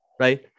right